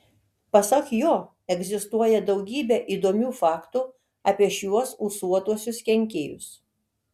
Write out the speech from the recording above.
pasak jo egzistuoja daugybė įdomių faktų apie šiuos ūsuotuosius kenkėjus